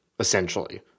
Essentially